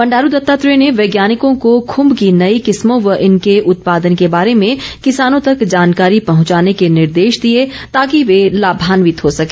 बंडारू दत्तात्रेय ने वैज्ञानिकों को खुम्ब की नई किस्मों व इनके उत्पादन के बारे में किसानों तक जानकारी पहंचाने के निर्देश दिए ताकि वे लाभान्वित हो सके